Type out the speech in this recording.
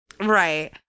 Right